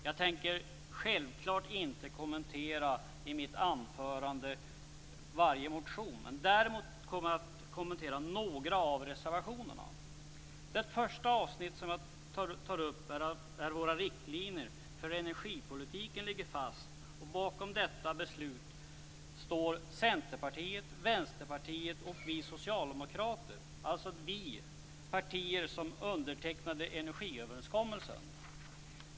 Jag tänker självklart inte i mitt anförande kommentera varje motion, men däremot kommer jag att kommentera några av reservationerna. Det första avsnittet gäller att våra riktlinjer för energipolitiken ligger fast. Bakom detta beslut står Centerpartiet, Vänsterpartiet och vi socialdemokrater. Det är alltså de partier som undertecknade energiöverenskommelsen.